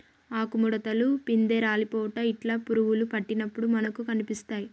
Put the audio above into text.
ఆకు ముడుతలు, పిందె రాలిపోవుట ఇట్లా పురుగులు పట్టినప్పుడు మనకు కనిపిస్తాయ్